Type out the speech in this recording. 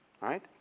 right